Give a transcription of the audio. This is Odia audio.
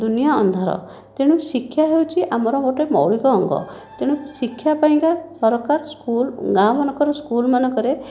ଦୁନିଆ ଅନ୍ଧାର ତେଣୁ ଶିକ୍ଷା ହେଉଛି ଆମର ଗୋଟିଏ ମୌଳିକ ଅଙ୍ଗ ତେଣୁ ଶିକ୍ଷା ପାଇଁକା ସରକାର ସ୍କୁଲ୍ ଗାଁମାନଙ୍କର ସ୍କୁଲ୍ମାନଙ୍କରେ